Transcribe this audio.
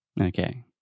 Okay